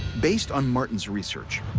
based on martin's research,